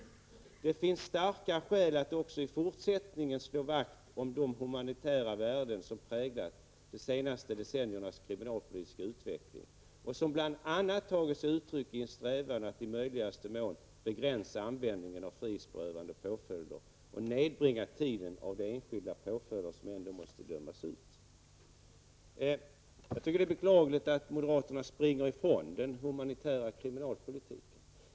Det finns starka skäl att också i fortsättningen slå vakt om de humanitära värden som präglat de senaste decenniernas kriminalpolitiska utveckling och som bl.a. tagit sig uttryck i en strävan att i möjligaste mån begränsa användningen av frihetsberövande påföljder och nedbringa tiden av de enskilda påföljder som ändå måste dömas ut.'' Jag tycker att det är beklagligt att moderaterna springer i från den humanitära kriminalpolitiken.